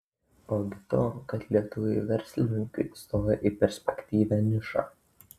ogi to kad lietuvių verslininkai stoja į perspektyvią nišą